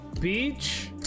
Beach